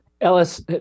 Ellis